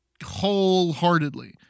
Wholeheartedly